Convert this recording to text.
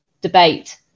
debate